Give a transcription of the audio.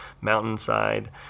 mountainside